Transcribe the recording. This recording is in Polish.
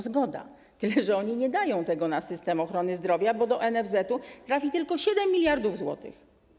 Zgoda, tyle że oni nie dają tego na system ochrony zdrowia, bo do NFZ trafi tylko 7 mld zł.